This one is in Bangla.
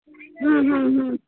হুম হুম হুম